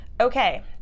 Okay